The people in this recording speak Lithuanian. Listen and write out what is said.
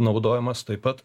naudojimas taip pat